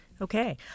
Okay